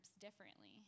differently